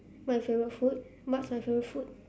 my favourite food what's my favourite food